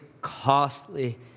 costly